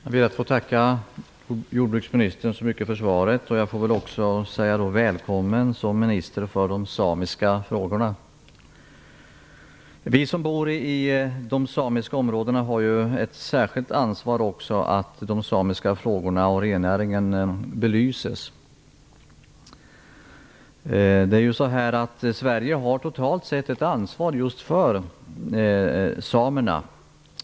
Fru talman! Jag ber att få tacka jordbruksministern så mycket för svaret. Jag vill också säga välkommen som minister för de samiska frågorna. Vi som bor i de samiska områdena har ett särskilt ansvar för att de samiska frågorna och rennäringen belyses. Sverige har ett totalt ansvar för samerna.